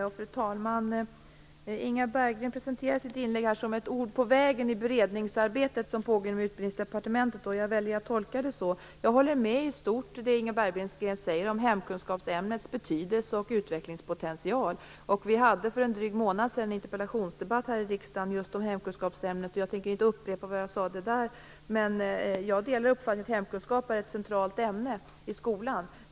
Fru talman! Inga Berggren presenterar sitt inlägg som ett ord på vägen i det beredningsarbete som pågår inom Utbildningsdepartementet, och jag väljer att tolka det så. Jag håller med i stort om det Inga Berggren säger om hemkunskapsämnets betydelse och utvecklingspotential. Vi hade för en dryg månad sedan en interpellationsdebatt här i riksdagen om hemkunskapsämnet, och jag tänker inte upprepa vad jag sade där. Men jag delar uppfattningen att hemkunskap är ett centralt ämne i skolan.